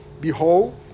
Behold